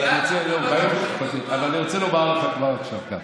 אבל אני רוצה לומר לך כבר עכשיו כאן,